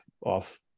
off